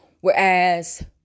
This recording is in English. whereas